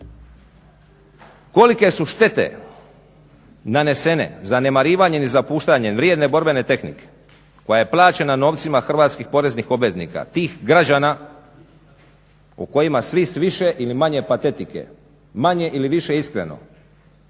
Kolike su štete nanesene zanemarivanjem i zapuštanjem vrijedne borbene tehnike koja je plaćena novcima hrvatskih poreznih obveznika, tih građana o kojima s više ili manje patetike, manje ili više iskreno